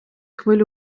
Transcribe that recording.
хвилю